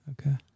okay